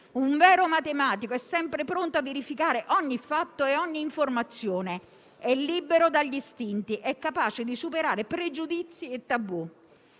Un vero matematico è sempre pronto a verificare ogni fatto e ogni informazione, è libero dagli istinti, è capace di superare pregiudizi e tabù.